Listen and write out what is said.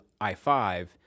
I-5